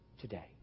today